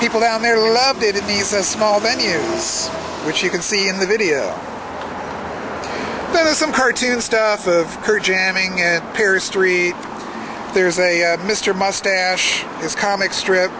people down there loved it it needs a small venue which you can see in the video there's some cartoon stuff of her jamming in paris three there's a mr moustache is comic strip